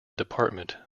department